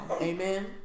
Amen